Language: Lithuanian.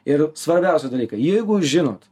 ir svarbiausią dalyką jeigu žinot